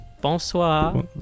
bonsoir